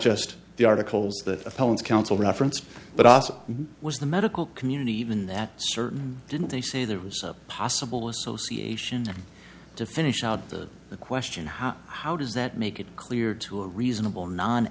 just the articles that appellant's council referenced but i was the medical community even that certain didn't they say there was a possible association to finish out the question how how does that make it clear to a reasonable n